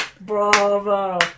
bravo